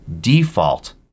default